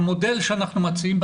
המודל שאנחנו מציעים,